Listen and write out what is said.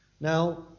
Now